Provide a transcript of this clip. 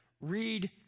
read